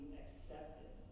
accepted